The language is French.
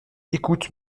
écoute